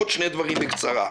עוד שני דברים בקצרה.